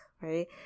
right